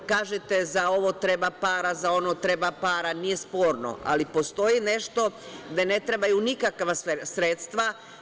Kažete, za ovo treba para, za ono treba para, nije sporno, ali postoji nešto gde ne trebaju nikakva sredstva.